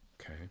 okay